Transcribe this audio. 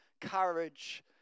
courage